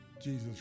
Jesus